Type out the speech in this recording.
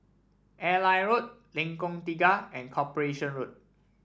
Airline Road Lengkong Tiga and Corporation Road